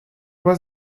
was